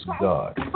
God